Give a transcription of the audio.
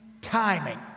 Timing